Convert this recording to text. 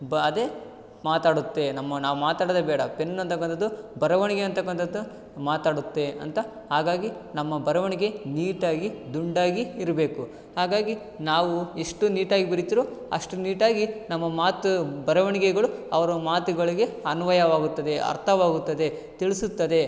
ಬ ಅದೇ ಮಾತಾಡುತ್ತೆ ನಮ್ಮ ನಾವು ಮಾತಾಡೋದೇ ಬೇಡ ಪೆನ್ ಅಂತಕ್ಕಂಥದ್ದು ಬರವಣಿಗೆ ಅಂತಕ್ಕಂಥದ್ದು ಮಾತಾಡುತ್ತೆ ಅಂತ ಹಾಗಾಗಿ ನಮ್ಮ ಬರವಣಿಗೆ ನೀಟಾಗಿ ದುಂಡಾಗಿ ಇರಬೇಕು ಹಾಗಾಗಿ ನಾವು ಎಷ್ಟು ನೀಟಾಗಿ ಬರೀತಿರೋ ಅಷ್ಟು ನೀಟಾಗಿ ನಮ್ಮ ಮಾತು ಬರವಣಿಗೆಗಳು ಅವರ ಮಾತುಗಳಗೆ ಅನ್ವಯವಾಗುತ್ತದೆ ಅರ್ಥವಾಗುತ್ತದೆ ತಿಳಿಸುತ್ತದೆ